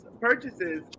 purchases